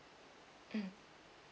mm